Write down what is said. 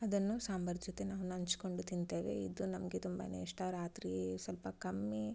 ಅದನ್ನು ಸಾಂಬಾರು ಜೊತೆ ನಾವು ನಂಚ್ಕೊಂಡು ತಿಂತೇವೆ ಇದು ನಮಗೆ ತುಂಬಾ ಇಷ್ಟ ರಾತ್ರಿ ಸ್ವಲ್ಪ ಕಮ್ಮಿ